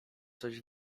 coś